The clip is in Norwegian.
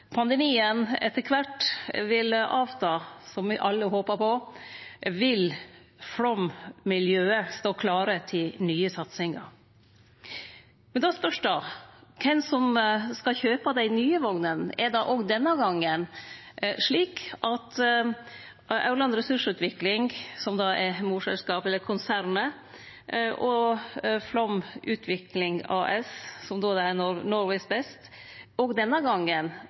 pandemien etter kvart vil avta, som me alle håpar på, vil Flåm-miljøet stå klar til nye satsingar. Men då spørst det kven som skal kjøpe dei nye vognene. Er det òg denne gongen slik at Aurland Ressursutvikling, som då er morselskapet eller konsernet, og Flåm Utvikling AS, som altså no er Norway’s best,